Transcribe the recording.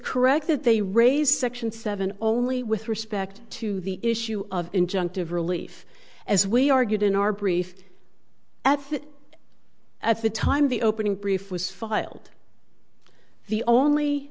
correct that they raise section seven only with respect to the issue of injunctive relief as we argued in our brief at at the time the opening brief was filed the only